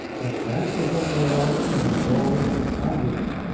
the passes of the alps, and the walls of pavia,